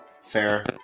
Fair